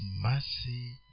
mercy